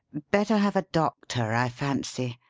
better have a doctor, i fancy,